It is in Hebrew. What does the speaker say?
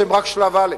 שהן רק שלב א'.